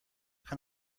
can